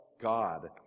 God